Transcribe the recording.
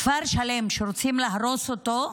כפר שלם שרוצים להרוס אותו,